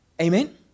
Amen